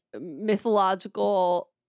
mythological